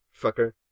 fucker